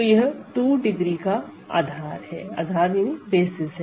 तो यह 2 डिग्री का आधार है